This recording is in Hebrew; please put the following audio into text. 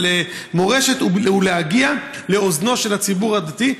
מורשת היא להגיע לאוזנו של הציבור הדתי,